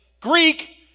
Greek